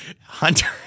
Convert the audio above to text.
Hunter